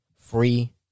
free